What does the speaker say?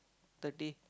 thirty